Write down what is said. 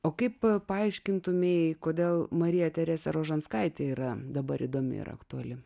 o kaip paaiškintumei kodėl marija teresė rožanskaitė yra dabar įdomi ir aktuali